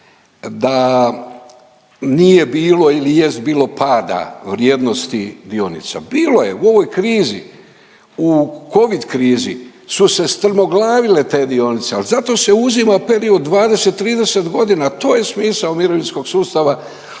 da nije bilo ili jest bilo pada vrijednosti dionica, bilo je u ovoj krizi, u covid krizi su se strmoglavile te dionice, al zato se uzima period od 20-30.g., to je smisao mirovinskog sustava, a ne